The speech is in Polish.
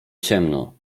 ciemno